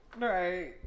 right